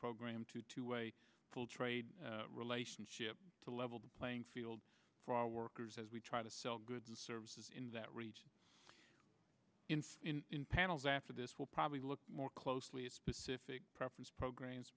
program to to a full trade relationship to level the playing field for our workers as we try to sell goods and services in that region in panels after this will probably look more closely at specific preference programs